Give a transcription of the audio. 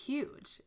huge